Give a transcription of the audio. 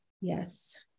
Yes